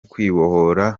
kwibohora